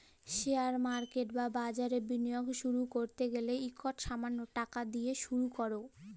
share market বা বাজারে বিলিয়গ শুরু ক্যরতে গ্যালে ইকট সামাল্য টাকা দিঁয়ে শুরু কর